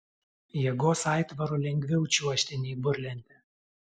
jėgos aitvaru lengviau čiuožti nei burlente